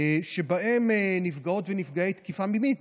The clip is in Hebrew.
שבהם נפגעות ונפגעי תקיפה מינית,